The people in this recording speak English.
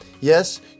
Yes